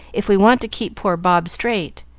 if we want to keep poor bob straight.